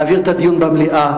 להעביר את הדיון למליאה,